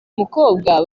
mukobwa